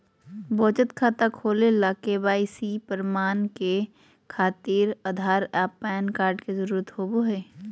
बचत खाता खोले ला के.वाइ.सी प्रमाण के खातिर आधार आ पैन कार्ड के जरुरत होबो हइ